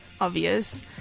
obvious